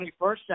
21st